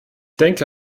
denke